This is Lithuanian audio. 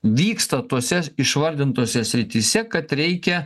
vyksta tose išvardintose srityse kad reikia